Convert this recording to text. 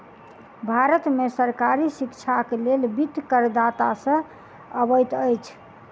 भारत में सरकारी शिक्षाक लेल वित्त करदाता से अबैत अछि